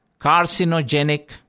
carcinogenic